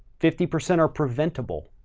fifty percent are preventable